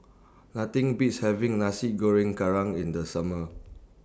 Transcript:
Nothing Beats having Nasi Goreng Kerang in The Summer